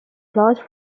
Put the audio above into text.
close